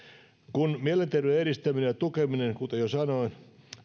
kun mielenterveyden edistäminen ja tukeminen kuten jo sanoin